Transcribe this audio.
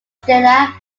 stella